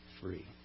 free